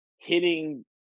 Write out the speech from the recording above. hitting